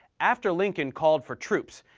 after lincoln called for troops,